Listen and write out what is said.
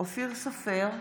אופיר סופר,